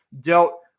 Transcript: dealt